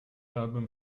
album